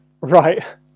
Right